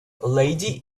lady